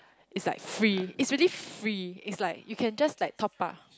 it's like free it's really free it's like you can just like top up